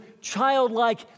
childlike